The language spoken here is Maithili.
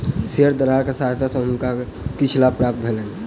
शेयर दलाल के सहायता सॅ हुनका किछ लाभ प्राप्त भेलैन